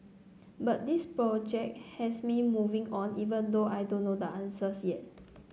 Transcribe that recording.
but this project has me moving on even though I don't know the answers yet